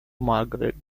margaret